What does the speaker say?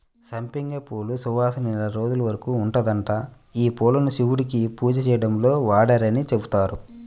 సంపెంగ పూల సువాసన నెల రోజుల వరకు ఉంటదంట, యీ పూలను శివుడికి పూజ చేయడంలో వాడరని చెబుతారు